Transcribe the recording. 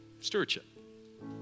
stewardship